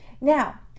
Now